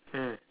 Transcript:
mm